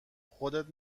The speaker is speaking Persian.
خودت